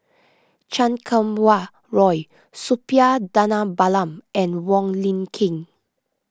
Chan Kum Wah Roy Suppiah Dhanabalan and Wong Lin Ken